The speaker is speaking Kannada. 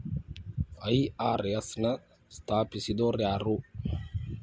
ಐ.ಆರ್.ಎಸ್ ನ ಸ್ಥಾಪಿಸಿದೊರ್ಯಾರು?